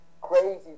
crazy